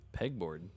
Pegboard